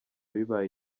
bibaye